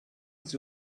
sie